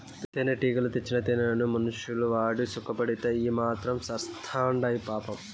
తేనెటీగలు తెచ్చిన తేనెను మనుషులు వాడి సుకపడితే అయ్యి మాత్రం సత్చాండాయి పాపం